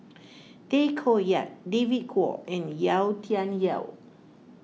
Tay Koh Yat David Kwo and Yau Tian Yau